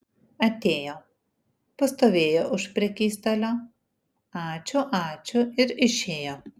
atėjo pastovėjo už prekystalio ačiū ačiū ir išėjo